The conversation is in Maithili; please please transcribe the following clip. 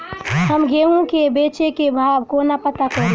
हम गेंहूँ केँ बेचै केँ भाव कोना पत्ता करू?